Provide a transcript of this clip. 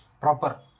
proper